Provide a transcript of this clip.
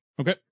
Okay